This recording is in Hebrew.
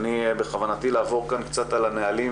בכוונתי לעבור כאן קצת על הנהלים